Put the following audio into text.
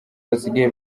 basigaye